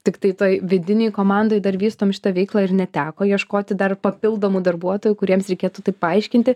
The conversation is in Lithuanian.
tiktai toj vidinėj komandoj dar vystom šitą veiklą ir neteko ieškoti dar papildomų darbuotojų kuriems reikėtų tai paaiškinti